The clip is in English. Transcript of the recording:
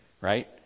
right